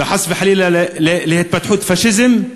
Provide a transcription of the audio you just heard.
וחס וחלילה להתפתחות פאשיזם,